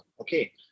Okay